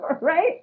Right